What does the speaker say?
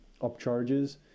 upcharges